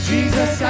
Jesus